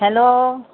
hello